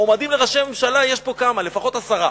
מועמדים לראשי ממשלה יש פה כמה, לפחות עשרה.